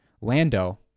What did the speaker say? Lando